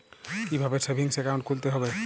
কীভাবে savings account খুলতে হবে?